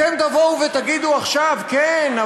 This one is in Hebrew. אתם תבואו ותגידו עכשיו: כן,